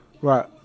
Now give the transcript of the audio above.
Right